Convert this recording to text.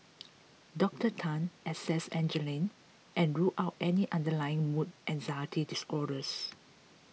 Doctor Tan assessed Angeline and ruled out any underlying mood anxiety disorders